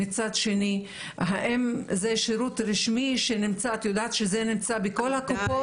מצד שני האם זה שירות רשמי שנמצא בכל הקופות?